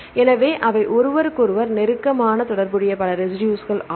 எனவே அவை ஒருவருக்கொருவர் நெருக்கமாக தொடர்புடைய பல ரெசிடுஸ்கள் உள்ளன